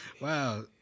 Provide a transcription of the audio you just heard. wow